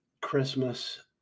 Christmas